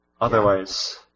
Otherwise